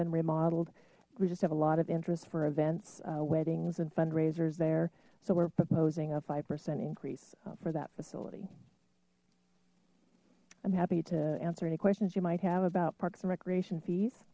been remodeled we just have a lot of interest for events weddings and fundraisers there so we're proposing a five percent increase for that facility i'm happy to answer any questions you might have about parks and recreation fees